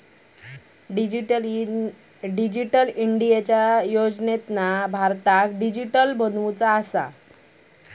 digital इंडियाच्या योजनेतना भारताक डीजिटली बनवुचा हा